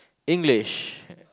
English